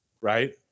Right